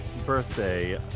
birthday